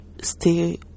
stay